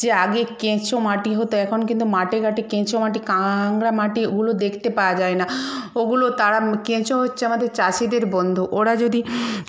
যে আগে কেঁচো মাটি হতো এখন কিন্তু মাটে ঘাটে কেঁচো মাটি কাঁকড়া মাটি ওগুলো দেখতে পাওয়া যায় না ওগুলো তারা কেঁচো হচ্ছে আমাদের চাষিদের বন্ধু ওরা যদি